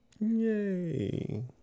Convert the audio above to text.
Yay